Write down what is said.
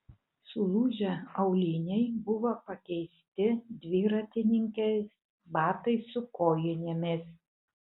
sulūžę auliniai buvo pakeisti dviratininkės batais su kojinėmis